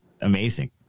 amazing